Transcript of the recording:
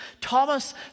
Thomas